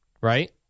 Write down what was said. right